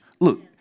look